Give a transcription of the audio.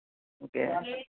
okay